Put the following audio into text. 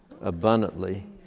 abundantly